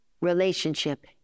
relationship